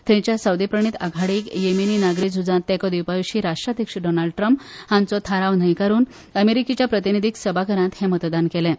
थंयच्या सावदीप्रणीत आघाडीक येमेनी नागरी झुजांत तेंको दिवपाविशी राष्ट्राध्यक्ष डॉनाल्ड ट्रम्प हांचो थाराव न्हयकारुन अमेरिकेच्या प्रतिनीधीक सभाघरांत हें मतदान केलें